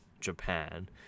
Japan